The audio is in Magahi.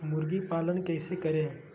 मुर्गी पालन कैसे करें?